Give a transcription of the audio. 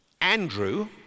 Andrew